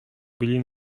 byli